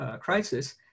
crisis